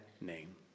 name